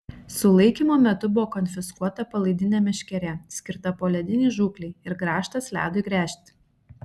sulaikymo metu buvo konfiskuota palaidinė meškerė skirta poledinei žūklei ir grąžtas ledui gręžti